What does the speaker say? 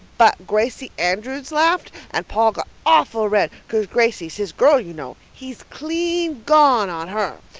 but gracie andrews laughed, and paul got awful red, cause gracie's his girl, you know. he's clean gone on her.